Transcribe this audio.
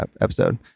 episode